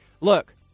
look